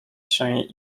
się